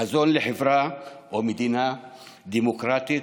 חזון לחברה ומדינה דמוקרטית,